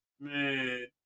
man